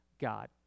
God